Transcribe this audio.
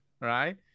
right